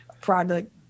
Product